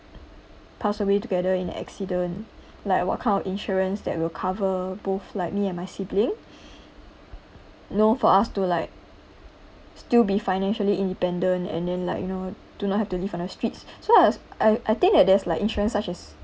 pass away together in an accident like what kind of insurance that will cover both like me and my sibling you know for us to like still be financially independent and then like you know to not have to live on the streets so I was I I think that there's like insurance such as